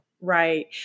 right